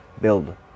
build